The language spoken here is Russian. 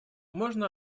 можно